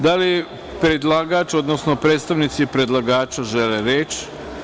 Da li predlagač, odnosno predstavnici predlagača žele reč?